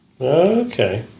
Okay